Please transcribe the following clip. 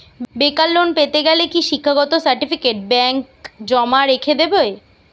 বেকার লোন পেতে গেলে কি শিক্ষাগত সার্টিফিকেট ব্যাঙ্ক জমা রেখে দেবে?